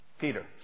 Peter